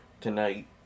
tonight